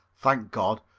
thank god,